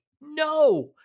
no